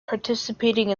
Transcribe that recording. participating